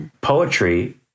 poetry